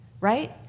right